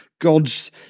God's